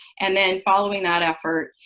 and then following that effort,